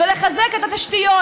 לחזק את התשתיות,